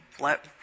let